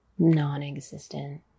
Non-existent